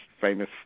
famous